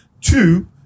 Two